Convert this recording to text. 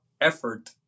effort